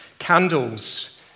candles